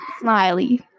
Smiley